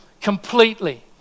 completely